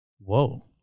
Whoa